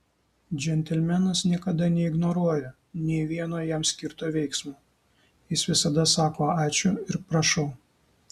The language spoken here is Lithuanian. džentelmenas niekada neignoruoja nė vieno jam skirto veiksmo jis visada sako ačiū ir prašau